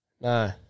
No